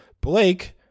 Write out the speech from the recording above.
Blake